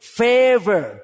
favor